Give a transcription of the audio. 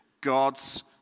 God's